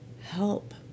help